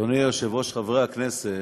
אדוני היושב-ראש, חברי הכנסת,